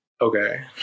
okay